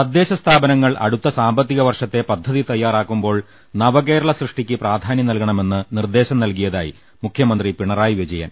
തദ്ദേശ സ്ഥാപനങ്ങൾ അടുത്ത സാമ്പത്തിക വർഷത്തെ പദ്ധതി തയ്യാറാക്കുമ്പോൾ നവകേരള സൃഷ്ടിക്ക് പ്രാധാന്യം നൽകണമെന്ന് നിർദ്ദേശം നൽകിയതായി മുഖ്യമന്ത്രി പിണറായി വിജയ്ൻ